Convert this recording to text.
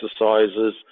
exercises